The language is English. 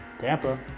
Tampa